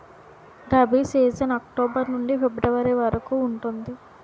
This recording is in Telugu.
రబీ సీజన్ అక్టోబర్ నుండి ఫిబ్రవరి వరకు ఉంటుంది